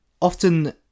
Often